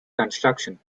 construction